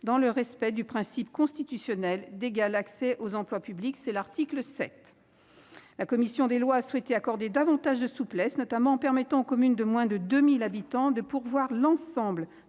dans le respect du principe constitutionnel d'égal accès aux emplois publics. La commission des lois a souhaité accorder davantage de souplesse, notamment, à l'article 10, en permettant aux communes de moins de 2 000 habitants de pourvoir l'ensemble